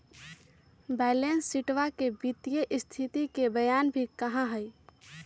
balance शीटवा के वित्तीय स्तिथि के बयान भी कहा हई